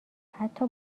حتی